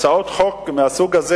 הצעות חוק מהסוג הזה,